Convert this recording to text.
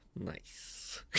Nice